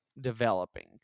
developing